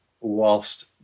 whilst